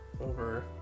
over